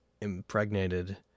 impregnated